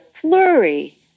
flurry